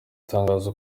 tangazo